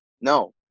No